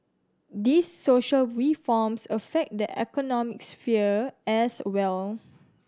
these social reforms affect the economic sphere as well